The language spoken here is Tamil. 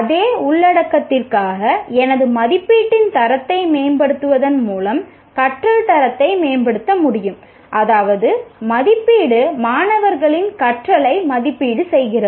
அதே உள்ளடக்கத்திற்காக எனது மதிப்பீட்டின் தரத்தை மேம்படுத்துவதன் மூலம் கற்றல் தரத்தை மேம்படுத்த முடியும் அதாவது மதிப்பீடு மாணவர்களின் கற்றலை மதிப்பீடு செய்கிறது